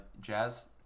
Jazz